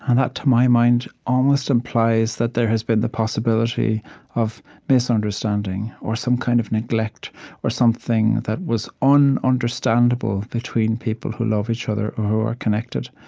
and that, to my mind, almost implies that there has been the possibility of misunderstanding or some kind of neglect or something that was un-understandable between people who love each other or who are connected.